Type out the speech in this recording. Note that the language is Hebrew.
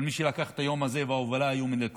אבל מי שלקחו את ההובלה של היום הזה היו מהליכוד,